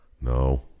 No